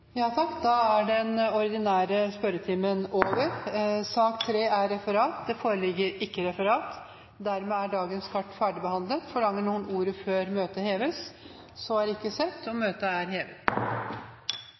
er sak nr. 2 ferdigbehandlet. Det foreligger ikke noe referat. Dermed er dagens kart ferdigbehandlet. Forlanger noen ordet før møtet heves? – Møtet er hevet.